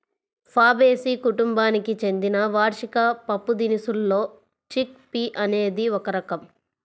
Fabaceae కుటుంబానికి చెందిన వార్షిక పప్పుదినుసుల్లో చిక్ పీ అనేది ఒక రకం